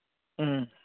ꯎꯝ